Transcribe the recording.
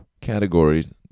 categories